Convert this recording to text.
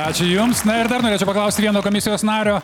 ačiū jums na ir dar norėčiau paklausti vieno komisijos nario